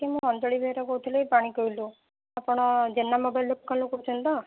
ଆଜ୍ଞା ମୁଁ ଅଞ୍ଜଳି ବେହେରା କହୁଥିଲି ଏଇ ପାଣିକୋଇଲିରୁ ଆପଣ ଜେନା ମୋବାଇଲ୍ ଦୋକାନରୁ କହୁଛନ୍ତି ତ